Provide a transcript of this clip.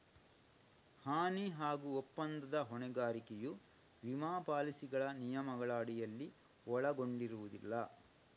ಹಾನಿ ಹಾಗೂ ಒಪ್ಪಂದದ ಹೊಣೆಗಾರಿಕೆಯು ವಿಮಾ ಪಾಲಿಸಿಗಳ ನಿಯಮಗಳ ಅಡಿಯಲ್ಲಿ ಒಳಗೊಂಡಿರುವುದಿಲ್ಲ